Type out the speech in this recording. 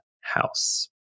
House